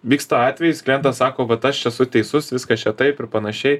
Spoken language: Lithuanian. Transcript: vyksta atvejis klientas sako vat aš esu teisus viskas čia taip ir panašiai